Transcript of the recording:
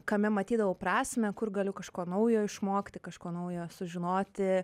kame matydavau prasmę kur galiu kažko naujo išmokti kažko naujo sužinoti